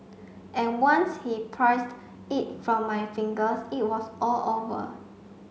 and once he'd prised it from my fingers it was all over